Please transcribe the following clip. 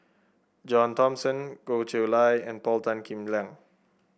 John Thomson Goh Chiew Lye and Paul Tan Kim Liang